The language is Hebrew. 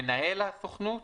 מנהל הסוכנות?